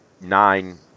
nine